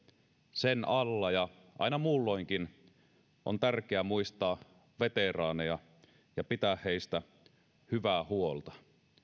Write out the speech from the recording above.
sen alla ja aina muulloinkin on tärkeää muistaa veteraaneja ja pitää heistä hyvää huolta